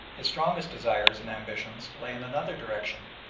his strongest desires and ambitions lay in another direction,